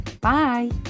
bye